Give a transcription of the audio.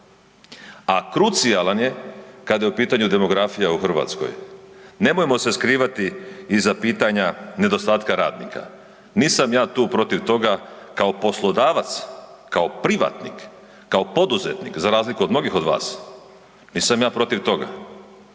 a krucijalan je kada je u pitanju demografija u Hrvatskoj. Nemojmo se skrivati iza pitanja nedostatka radnika, nisam ja tu protiv toga kao poslodavac, kao privatnik, kao poduzetnik za razliku od mnogih od vas, nisam ja protiv toga,